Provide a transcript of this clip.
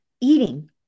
eating